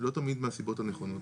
לא תמיד מהסיבות הנכונות